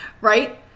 right